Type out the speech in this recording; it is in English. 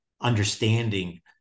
understanding